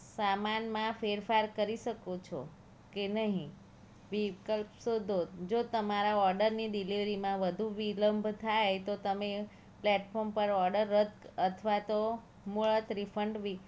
સામાનમાં ફેરફાર કરી શકો છો કે નહીં વિકલ્પ શોધો જો તમારા ઓર્ડરની ડિલીવરીમાં વધુ વિલંબ થાય તો તમે પ્લેટફોર્મ પર ઓડર રદ અથવા તો મોડા રીફંડ બી